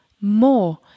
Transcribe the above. more